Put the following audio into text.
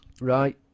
Right